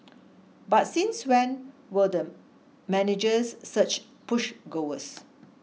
but since when were the managers such push goers